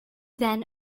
then